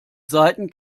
seiten